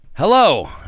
Hello